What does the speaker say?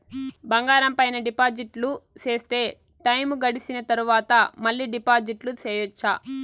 బంగారం పైన డిపాజిట్లు సేస్తే, టైము గడిసిన తరవాత, మళ్ళీ డిపాజిట్లు సెయొచ్చా?